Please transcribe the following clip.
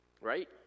Right